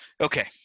okay